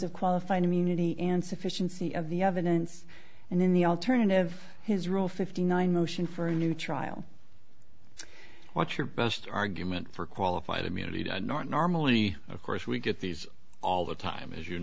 of qualified immunity and sufficiency of the evidence and in the alternative his rule fifty nine motion for a new trial what's your best argument for qualified immunity to north normally of course we get these all the time as you